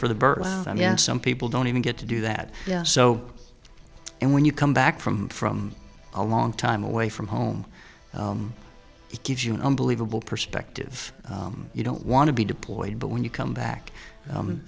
birth i mean some people don't even get to do that so and when you come back from from a long time away from home it gives you an unbelievable perspective you don't want to be deployed but when you come back